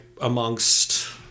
amongst